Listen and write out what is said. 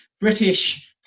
British